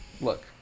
Look